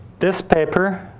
this paper